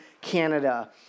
Canada